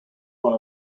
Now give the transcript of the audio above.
one